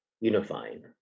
unifying